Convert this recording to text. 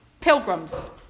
pilgrims